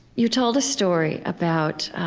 you told a story about